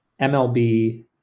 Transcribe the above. MLB